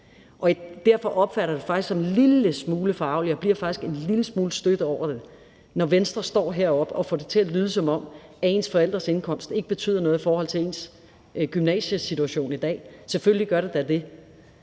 Derfor opfatter jeg det faktisk som en lille smule forargeligt og bliver faktisk en lille smule stødt over det, når Venstre står heroppe og får det til at lyde, som om ens forældres indkomst ikke betyder noget i forhold til ens gymnasiesituation i dag, for selvfølgelig gør det da det.